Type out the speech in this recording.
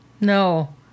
No